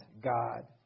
God